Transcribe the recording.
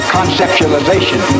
conceptualization